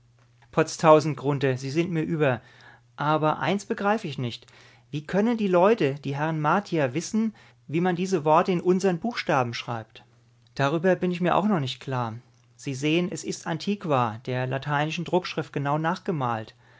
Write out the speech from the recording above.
potztausend grunthe sie sind mir über aber eins begreif ich nicht wie können die leute die herren martier wissen wie man diese worte in unsern buchstaben schreibt darüber bin ich mir auch noch nicht klar sie sehen es ist antiqua der lateinischen druckschrift genau nachgemalt